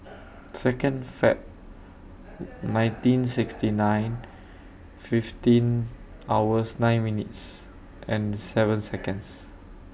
Second Feb nineteen sixty nine fifteen hours nine minutes and seven Seconds